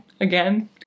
again